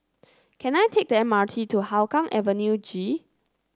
can I take the M R T to Hougang Avenue G